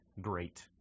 great